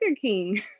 King